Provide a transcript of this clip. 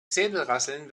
säbelrasseln